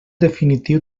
definitiu